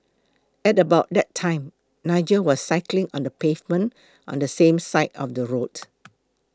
at about that time Nigel was cycling on the pavement on the same side of the road